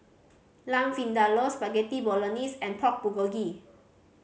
Lamb Vindaloo Spaghetti Bolognese and Pork Bulgogi